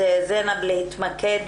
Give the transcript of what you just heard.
להתמקד